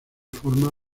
forma